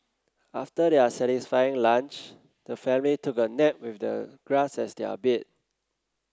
after their satisfying lunch the family took a nap with the grass as their bed